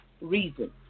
reason